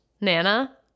Nana